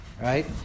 Right